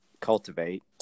Cultivate